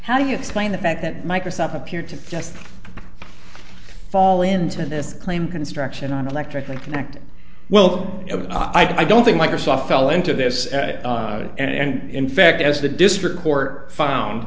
how do you explain the fact that microsoft appear to just fall into this claim construction on electric and connected well of i don't think microsoft fell into this and in fact as the district court found